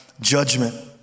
judgment